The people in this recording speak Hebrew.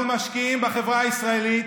אנחנו משקיעים בחברה הישראלית,